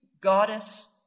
goddess